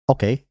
Okay